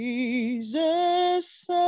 Jesus